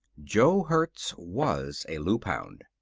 jo hertz was a loop-hound.